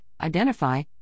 identify